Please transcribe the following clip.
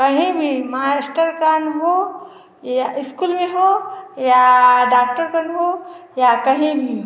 कहीं भी भी मास्टर कन हो या स्कूल में हो या डॉक्टर कन हो या कहीं भी